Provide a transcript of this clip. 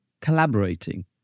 collaborating